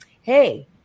Hey